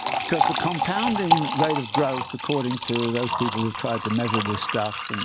because the compounding rate of growth, according to those people who've tried to measure this stuff and